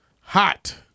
Hot